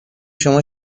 شما